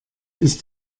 ist